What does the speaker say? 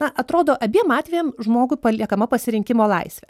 atrodo abiem atvejam žmogui paliekama pasirinkimo laisvė